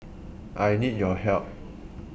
I need your help